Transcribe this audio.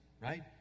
right